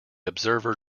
observer